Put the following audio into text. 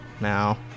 now